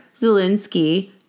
Zelensky